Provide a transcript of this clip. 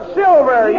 silver